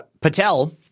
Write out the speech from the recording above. Patel